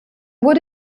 wurde